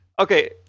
Okay